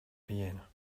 vienna